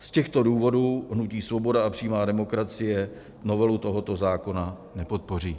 Z těchto důvodů hnutí Svoboda a přímá demokracie novelu tohoto zákona nepodpoří.